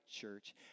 church